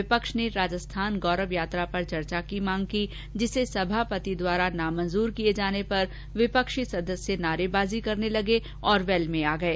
विपक्ष ने राजस्थान गौरव यात्रा पर चर्चा की मांग की जिसे सभापति द्वारा अस्वीकार किये जाने पर विपक्षी सदस्य नारेबाजी करने लगे और वैल में आ गये